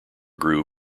grew